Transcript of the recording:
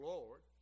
Lord